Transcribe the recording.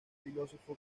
filósofo